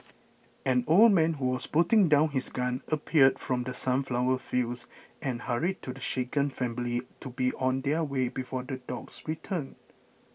an old man who was putting down his gun appeared from the sunflower fields and hurried to the shaken family to be on their way before the dogs return